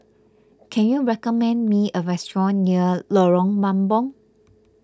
can you recommend me a restaurant near Lorong Mambong